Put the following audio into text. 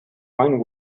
mind